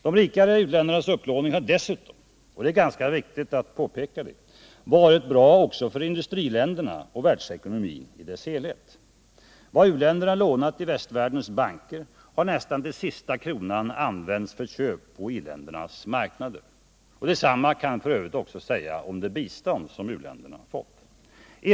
De rikare u-ländernas upplåning har dessutom — och det är ganska viktigt att påpeka det — varit bra också för industriländerna och världsekonomin i dess helhet. Vad u-länderna lånat i västvärldens banker har de nästan till sista kronan använt för köp på i-ländernas marknader. Detsamma kan f. ö. också sägas om det bistånd som u-länderna har fått.